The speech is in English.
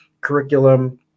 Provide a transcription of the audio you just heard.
curriculum